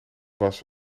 was